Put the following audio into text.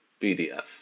PDF